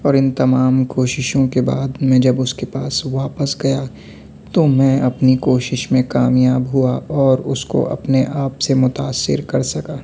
اور اِن تمام کوششوں کے بعد میں جب اُس کے پاس واپس گیا تو میں اپنی کوشش میں کامیاب ہوا اور اُس کو اپنے آپ سے متاثر کر سکا